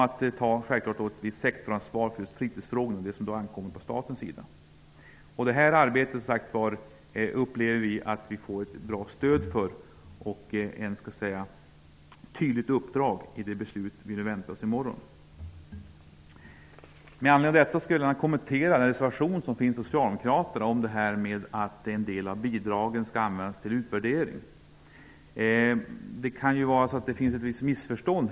Vi tar självfallet också ett visst sektorsansvar för de fritidsfrågor vars handläggning ankommer på staten. Vi upplever att vi får ett bra stöd för detta arbete och ett tydligt uppdrag genom det beslut som vi väntar oss i morgon. Jag skulle vilja kommentera socialdemokraternas reservation om att en del av bidragen skall användas till utvärdering. Det kan här föreligga ett visst missförstånd.